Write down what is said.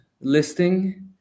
listing